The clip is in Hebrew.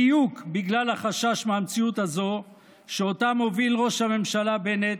בדיוק בגלל החשש מהמציאות הזו שאותה מוביל ראש הממשלה בנט,